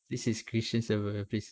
this is christian server please